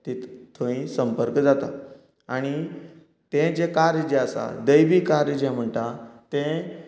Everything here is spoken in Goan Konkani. एक थंय संपर्क जाता आनी तें जें कार्य जें आसा दैवी कार्य जें म्हणटा तें